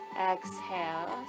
Exhale